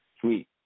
Sweet